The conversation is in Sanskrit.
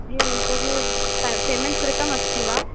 एवं तर्हि प पेमेण्ट् कृतमस्ति वा